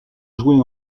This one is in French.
jouer